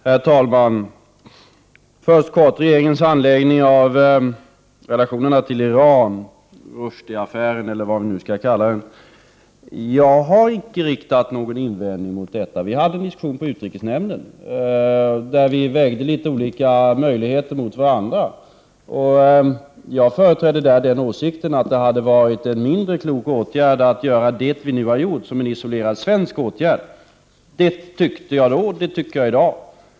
Herr talman! Beträffande regeringens handläggning av relationerna till Iran — Rushdie-affären eller vad den skall kallas — har jag icke riktat någon invändning mot denna. Vi hade en diskussion i utrikesnämnden där vi vägde olika möjligheter mot varandra, och jag företrädde där den åsikten att det hade varit en mindre klok åtgärd att göra det vi nu har gjort som en isolerad svensk åtgärd. Det tyckte jag då, och det tycker jag i dag.